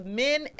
men